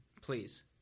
Please